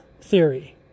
theory